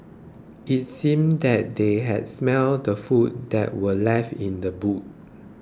it seemed that they had smelt the food that were left in the boot